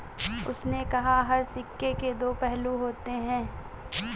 उसने कहा हर सिक्के के दो पहलू होते हैं